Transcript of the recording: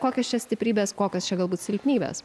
kokios čia stiprybės kokios čia galbūt silpnybės